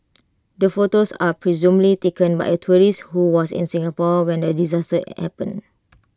the photos are presumably taken by A tourist who was in Singapore when the disaster happened